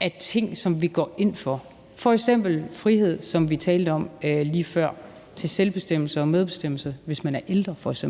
af ting, som vi går ind for, f.eks. frihed, som vi talte om lige før, til selvbestemmelse og medbestemmelse, hvis man f.eks.